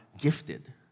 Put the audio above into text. gifted